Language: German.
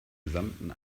gesamten